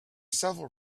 several